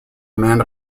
amanda